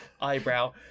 eyebrow